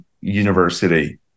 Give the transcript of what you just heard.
university